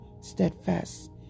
steadfast